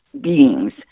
beings